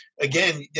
again